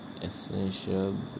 Essential